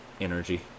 energy